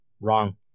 Wrong